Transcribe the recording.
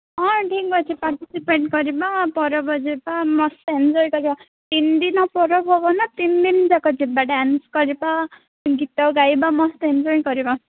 ହଁ ଠିକ୍ ଅଛି ପାର୍ଟିସିପେଟ୍ କରିବା ପର୍ବ ଯିବା ମସ୍ତ୍ ଏନଜଏ୍ କରିବା ତିନିଦିନ ପର୍ବ ହେବନା ତିନିଦିନ ଯାକ ଯିବା ଡ୍ୟାନ୍ସ୍ କରିବା ଗୀତ ଗାଇବା ମସ୍ତ୍ ଏନଜଏ୍ କରିବା